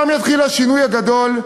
שם יתחיל השינוי הגדול,